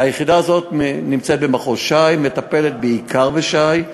היחידה הזאת נמצאת במחוז ש"י, מטפלת בעיקר בש"י.